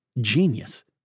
genius